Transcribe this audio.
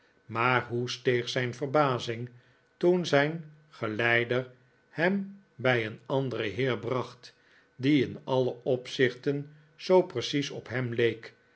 maar hoe steeg zijn verbazing toen zijn geleider hem bij een anderen heer bracht die in alle opzichten zoo precies op hem leek